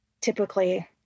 typically